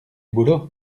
boulot